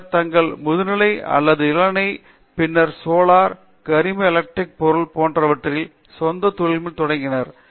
சிலர் தங்கள் முதுநிலை அல்லது இளநிலைக்கு பின்னர் சோலார் கரிம எலக்ட்ரிக் பொருள் போன்றவற்றில் சொந்த தொழில் தொடங்கினர்